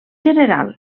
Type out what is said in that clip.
general